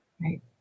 right